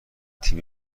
تیم